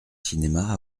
cinéma